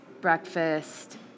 breakfast